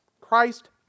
Christ